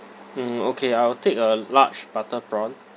mm okay I will take a large butter prawn